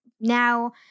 now